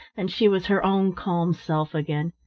and she was her own calm self again.